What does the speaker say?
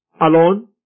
alone